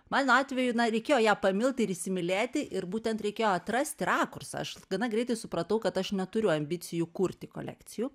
mano atveju reikėjo ją pamilt ir įsimylėti ir būtent reikėjo atrasti rakursą aš gana greitai supratau kad aš neturiu ambicijų kurti kolekcijų